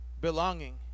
belonging